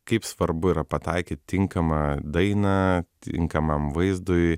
kaip svarbu yra pataikyt tinkamą dainą tinkamam vaizdui